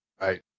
Right